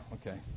okay